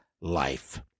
life